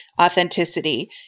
authenticity